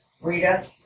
Rita